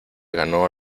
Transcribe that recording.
ganó